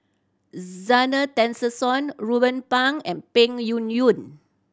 Zena Tessensohn Ruben Pang and Peng Yuyun